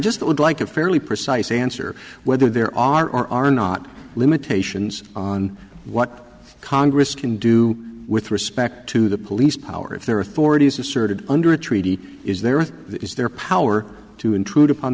just would like a fairly precise answer whether there are or are not limitations on what congress can do with respect to the police power of their authorities asserted under a treaty is there that is their power to intrude upon